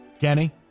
Kenny